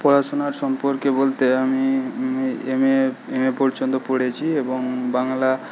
পড়াশোনার সম্পর্কে বলতে আমি এম এ এম এ পর্যন্ত পড়েছি এবং বাংলা